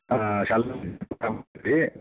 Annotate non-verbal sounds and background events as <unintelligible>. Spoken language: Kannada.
ಹಾಂ ಶಾಲೇಲ್ಲಿ <unintelligible>